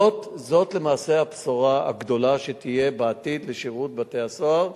זאת למעשה הבשורה הגדולה שתהיה בעתיד לשירות בתי-הסוהר.